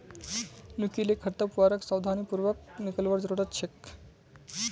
नुकीले खरपतवारक सावधानी पूर्वक निकलवार जरूरत छेक